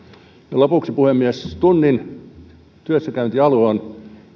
lopuksi puhemies tunnin työssäkäyntialueesta